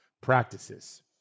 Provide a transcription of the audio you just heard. practices